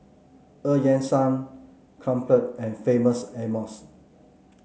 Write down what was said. Eu Yan Sang Crumpler and Famous Amos